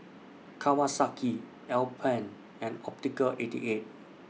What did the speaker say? Kawasaki Alpen and Optical eighty eight